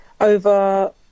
over